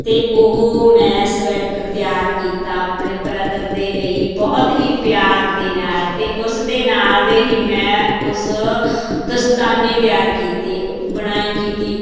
ਅਤੇ ਉਹ ਮੈਂ ਸਵੈਟਰ ਤਿਆਰ ਕੀਤਾ ਆਪਣੇ ਬ੍ਰਦਰ ਦੇ ਲਈ ਬਹੁਤ ਹੀ ਪਿਆਰ ਦੇ ਨਾਲ ਅਤੇ ਉਸ ਦੇ ਨਾਲ ਦੇ ਹੀ ਮੈਂ ਉਸ ਦਸਤਾਨੇ ਤਿਆਰ ਕੀਤੇ ਬੁਣਾਈ ਕੀਤੀ